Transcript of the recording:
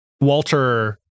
Walter